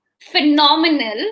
phenomenal